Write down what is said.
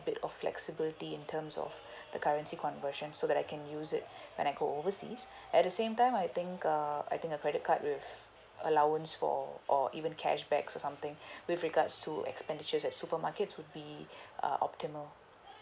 bit of flexibility in terms of the currency conversion so that I can use it when I go overseas at the same time I think uh I think a credit card with allowance for or even cashback or something with regards to expenditure at supermarkets would be uh optimal